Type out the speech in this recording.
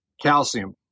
calcium